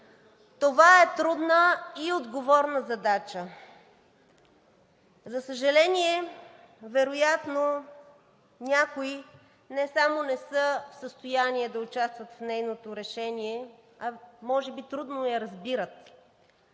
Това е трудна и отговорна задача. За съжаление, вероятно някои не само не са в състояние да участват в нейното решение, а може би трудно я разбират.